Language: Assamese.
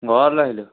ঘৰলৈ আহিলোঁ